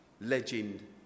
legend